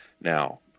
Now